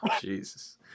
Jesus